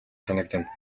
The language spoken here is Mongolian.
санагдана